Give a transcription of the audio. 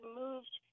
moved